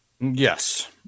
Yes